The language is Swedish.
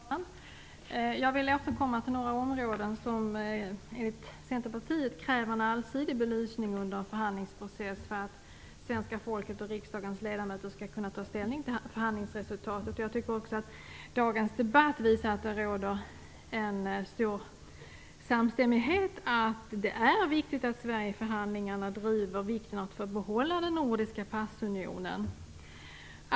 Herr talman! Jag vill återkomma till några områden där Centerpartiet kräver en allsidig belysning under en förhandlingsprocess för att svenska folket och riksdagens ledamöter skall kunna ta ställning till förhandlingsresultatet. Jag tycker också att dagens debatt visar att det råder en stor samstämmighet om att det är viktigt att Sverige i förhandlingarna betonar vikten av att få behålla den nordiska passunionen.